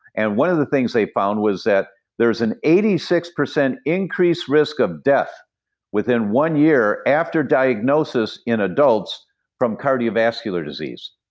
and one of the things they found was that there's an eighty six percent increase risk of death within one year after diagnosis in adults from cardiovascular disease.